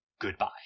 Goodbye